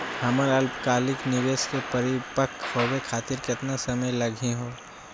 हमर अल्पकालिक निवेस क परिपक्व होवे खातिर केतना समय लगही हो?